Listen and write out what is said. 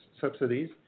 subsidies